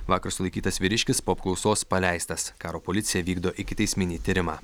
vakar sulaikytas vyriškis po apklausos paleistas karo policija vykdo ikiteisminį tyrimą